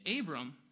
Abram